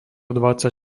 dvadsať